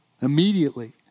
immediately